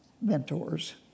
mentors